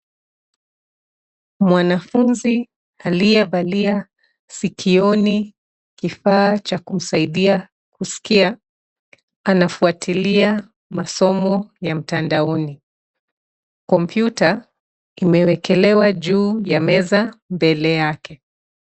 Mwanafunzi aliyevalia sikioni kifaa cha kumsaidia kuskia, anafuatilia masomo ya mtandaoni. Kompyuta imewekelewa juu ya meza mbele yake.